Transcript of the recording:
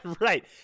Right